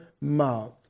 mouth